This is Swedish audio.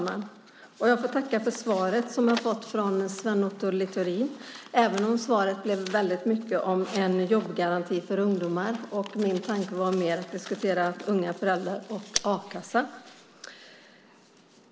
Fru talman! Jag tackar för svaret som jag har fått från Sven Otto Littorin, även om svaret väldigt mycket handlade om en jobbgaranti för ungdomar. Min tanke var att vi mer skulle diskutera unga föräldrar och a-kassan.